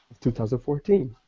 2014